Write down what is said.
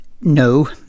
no